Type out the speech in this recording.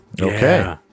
Okay